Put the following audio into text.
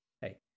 hey